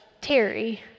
Terry